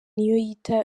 niyoyita